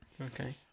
Okay